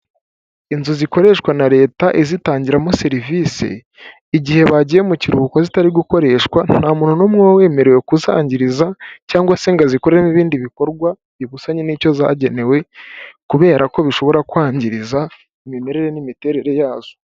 Inzu zikoreshwa na Leta izitangiramo serivisi, igihe bagiye mu kiruhuko zitari gukoreshwa nta muntu n'umwe uba wemerewe kuzangiriza; cyangwa se ngo azikorere n'ibindi bikorwa bibusanya n'icyo zagenewe, kubera ko bishobora kwangiza imimerere n'imiterere yazo.